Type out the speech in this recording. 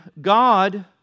God